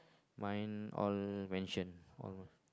mine all mentioned all